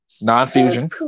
non-fusion